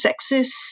sexist